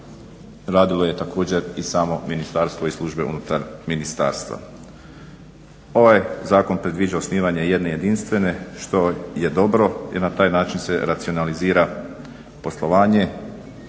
radilo je također i samo ministarstvo i službe unutar ministarstva. Ovaj zakon predviđa osnivanje jedne jedinstvene, što je dobro jer na taj način se racionalizira poslovanje